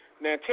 Now